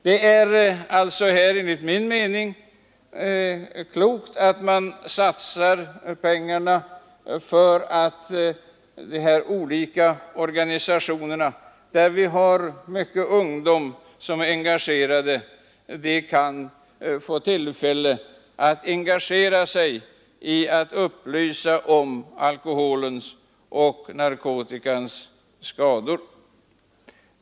Det är enligt min mening klokt att man satsar pengarna för att dessa olika organisationer, där det finns mycket ungdom, kan få tillfälle att engagera sig för att upplysa om alkoholens och narkotikans skadeverkningar.